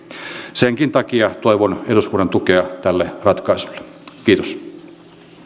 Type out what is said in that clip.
senkin takia toivon eduskunnan tukea tälle ratkaisulle kiitos